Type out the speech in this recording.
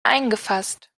eingefasst